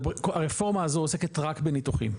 הרפורמה הזו עוסקת רק בניתוחים.